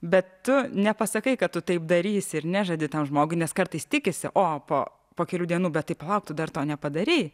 bet tu nepasakai kad tu taip darys ir nežadi tam žmogui nes kartais tikisi o po po kelių dienų bet palauk tu dar to nepadarei